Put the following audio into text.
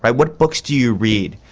but what books do you read,